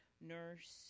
nurse